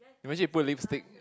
imagine you put lipstick